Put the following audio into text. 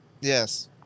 Yes